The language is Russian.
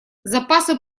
запасы